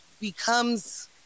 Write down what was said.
becomes